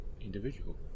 individual